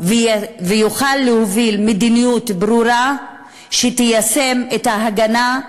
ויוכל להוביל מדיניות ברורה שתיישם את ההגנה,